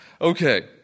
Okay